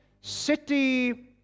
city